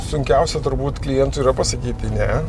sunkiausia turbūt klientui yra pasakyti ne